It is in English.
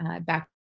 back